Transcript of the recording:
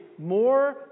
more